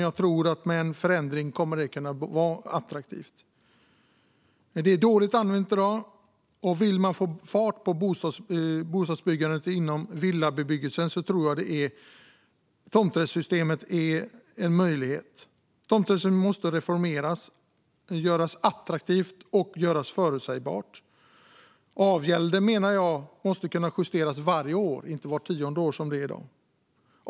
Jag tror att det med en förändring kommer att kunna vara attraktivt, men det är dåligt använt i dag. Vill man få fart på villabyggandet tror jag att tomträttssystemet är en möjlighet. Tomträttssystemet måste reformeras. Det måste göras attraktivt och förutsägbart. Jag menar att avgälden måste kunna justeras varje år och inte, som i dag, vart tionde år.